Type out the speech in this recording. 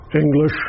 English